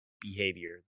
behavior